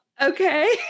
okay